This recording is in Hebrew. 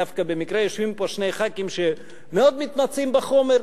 דווקא במקרה יושבים פה שני ח"כים שמאוד מתמצאים בחומר,